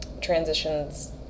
transitions